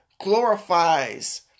glorifies